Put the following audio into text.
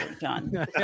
John